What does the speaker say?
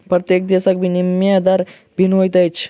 प्रत्येक देशक विनिमय दर भिन्न होइत अछि